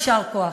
יישר כוח.